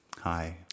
Hi